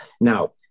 Now